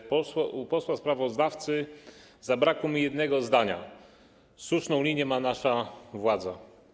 W wypowiedzi posła sprawozdawcy zabrakło mi jednego zdania: słuszną linię ma nasza władza.